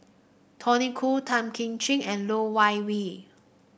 Tony Khoo Tan Kim Ching and Loh Wai we